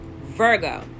Virgo